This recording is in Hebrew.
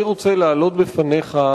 אני רוצה להעלות בפניך,